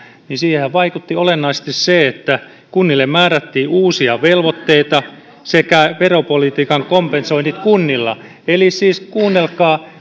siihenhän vaikutti olennaisesti se että kunnille määrättiin uusia velvoitteita sekä veropolitiikan kompensoinnit kunnilla eli siis kuunnelkaa